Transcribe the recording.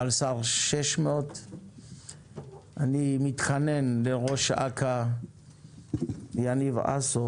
פלס"ר 600. אני מתחנן לראש אכ"א יניב עשור